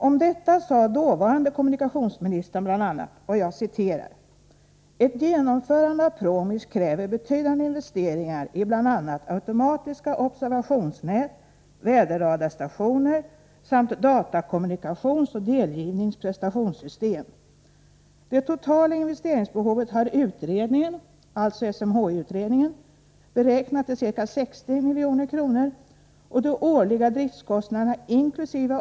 Om detta sade den dåvarande kommunikationsministern bl.a.: ”Ett genomförande kräver betydande investeringar i bl.a. automatiska observationsnät, väderradarstationer samt datakommunikationsoch delgivnings-/presentationssystem. Det totala investeringsbehovet har utredningen ”— alltså SMHI utredningen -” beräknat till ca 60 milj.kr. och de årliga driftkostnaderna, inkl.